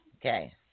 Okay